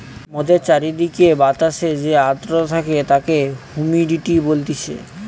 মোদের চারিদিকের বাতাসে যে আদ্রতা থাকে তাকে হুমিডিটি বলতিছে